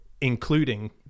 including